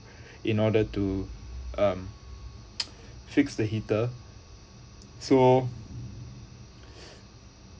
in order to um fix the heater so